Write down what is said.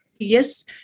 Yes